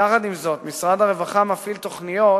יחד עם זאת, משרד הרווחה מפעיל תוכניות